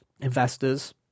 investors